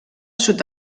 sud